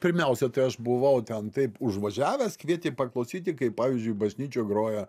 pirmiausia tai aš buvau ten taip užvažiavęs kvietė paklausyti kaip pavyzdžiui bažnyčioj grojo